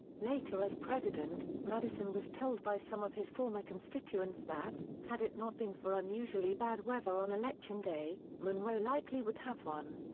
later as president, madison was told by some of his former constituents that, had it not been for unusually bad weather on election day, monroe likely would have won.